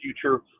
future